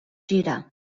girar